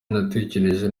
natekereje